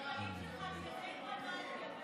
זה לא בכנסת, זה במליאה.